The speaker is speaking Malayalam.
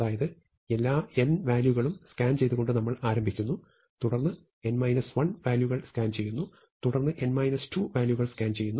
അതായത് എല്ലാ n വാല്യൂകളും സ്കാൻ ചെയ്തുകൊണ്ട് നമ്മൾ ആരംഭിക്കുന്നു തുടർന്ന് n 1 വാല്യൂകൾ സ്കാൻ ചെയ്യുന്നു തുടർന്ന് n 2 വാല്യൂകൾ സ്കാൻ ചെയ്യുന്നു